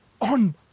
On